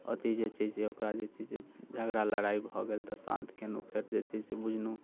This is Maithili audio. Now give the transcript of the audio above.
अथि जे छै से ओकरा जे छै से झगड़ा लड़ाइ भऽ गेल तऽ शान्त केलहुँ फेर जे छै से बुझलहुँ